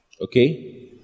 okay